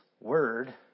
word